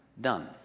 done